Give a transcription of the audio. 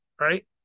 right